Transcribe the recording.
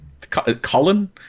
Colin